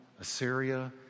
Assyria